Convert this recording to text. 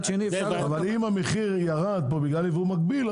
אבל אם המחיר ירד פה בגלל ייבוא מקביל,